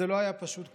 זה לא היה פשוט כלל.